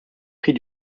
prix